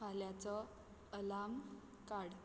फाल्यांचो अलार्म काड